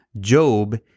Job